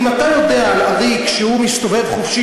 אם אתה יודע על עריק שמסתובב חופשי,